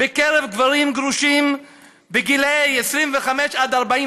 בקרב גברים גרושים בגילאי 25 עד 44